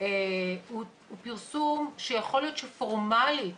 הוא פרסום שיכול להיות שפורמלית